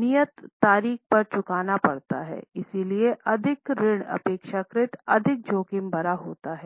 नियत तारीख पर चुकाना पड़ता है इसीलिए अधिक ऋण अपेक्षाकृत अधिक जोखिम भरा होता है